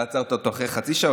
אתה עצרת אותו אחרי חצי שעה,